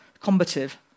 combative